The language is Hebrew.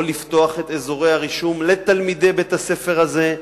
לפתוח את אזורי הרישום לתלמידי בית-הספר הזה,